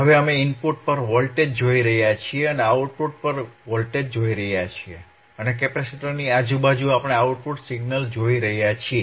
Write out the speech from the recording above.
હવે અમે ઇનપુટ પર વોલ્ટેજ જોઈ રહ્યા છીએ અને આઉટપુટ પર વોલ્ટેજ જોઈ રહ્યા છીએ અને કેપેસિટરની આજુબાજુ આપણે આઉટપુટ સિગ્નલ જોઈ રહ્યા છીએ